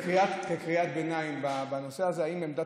כקריאת ביניים בנושא הזה, עמדת